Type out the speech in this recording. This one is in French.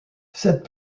cette